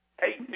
Hey